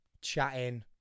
chatting